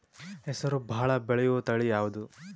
ಹೆಸರು ಭಾಳ ಬೆಳೆಯುವತಳಿ ಯಾವದು?